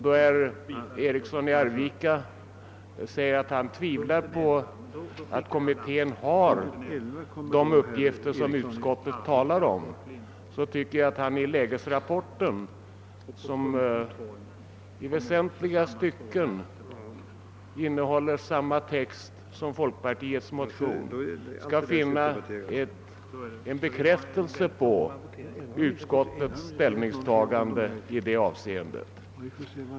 Då herr Eriksson i Arvika säger att han tvivlar på att kommittén har de uppgifter som utskottet talar om, tycker jag att han i lägesrapporten, som i väsentliga stycken innehåller samma text som folkpartiets motion, kan finna en bekräftelse på utskottets ställningstagande i det avseendet.